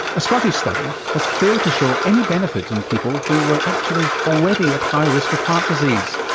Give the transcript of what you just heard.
a scottish study has failed to show any benefit in people who were actually already at high risk of heart disease.